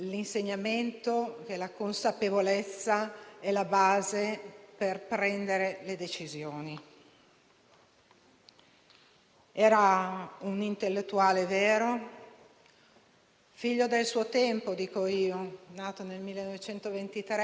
Ha avuto una grande attenzione ai deboli perché la consapevolezza, sia da giornalista ma anche poi da politico, significava conoscere anche chi era meno visibile,